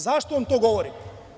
Zašto vam to govorim?